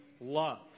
love